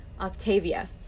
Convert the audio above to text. Octavia